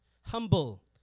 humble